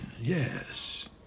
yes